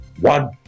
One